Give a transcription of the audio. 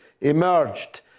emerged